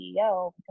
ceo